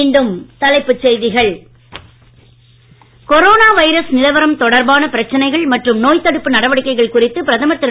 மீண்டும் தலைப்புச் செய்திகள் கொரோனா வைரஸ் நிலவரம் தொடர்பான பிரச்சனைகள் மற்றும் நோய்த் தடுப்பு நடவடிக்கைகள் குறித்து பிரதமர் திரு